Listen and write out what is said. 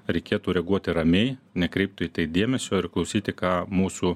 reikėtų reaguoti ramiai nekreipti į tai dėmesio ir klausyti ką mūsų